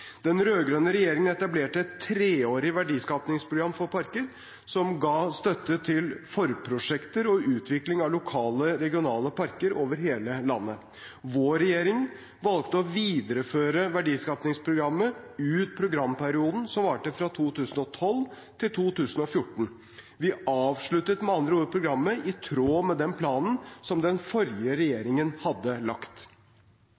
Den rød-grønne regjeringen etablerte et treårig verdiskapingsprogram for parker, som ga støtte til forprosjekter og utvikling av lokale og regionale parker over hele landet. Vår regjering valgte å videreføre verdiskapingsprogrammet ut programperioden, som varte fra 2012 til 2014. Vi avsluttet med andre ord programmet i tråd med den planen som den forrige